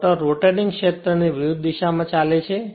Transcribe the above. motor rotating ક્ષેત્ર ની વિરુદ્ધ દિશામાં ચાલે છે